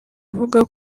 avuga